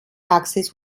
access